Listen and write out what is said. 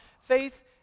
faith